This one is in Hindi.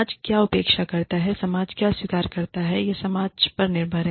समाज क्या अपेक्षा करता है समाज क्या स्वीकार करता है यह समाज पर निर्भर है